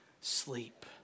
sleep